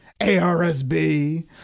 ARSB